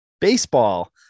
Baseball